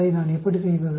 அதை நான் எப்படி செய்வது